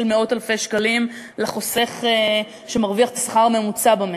של מאות אלפי שקלים לחוסך שמרוויח שכר ממוצע במשק.